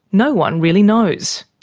no one really knows.